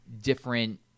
different